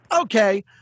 okay